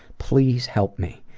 please help me.